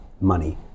money